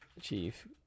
chief